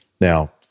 Now